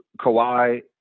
Kawhi